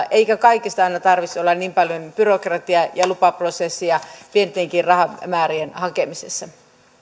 eikä kaikessa aina tarvitsisi olla niin paljon byrokratiaa ja lupaprosesseja pientenkin rahamäärien hakemisessa